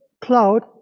cloud